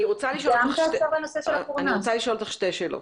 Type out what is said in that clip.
אני רוצה לשאול אותך שתי שאלות.